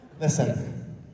Listen